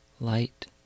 light